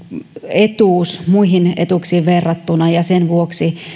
etuus muihin etuuksiin verrattuna ja sen vuoksi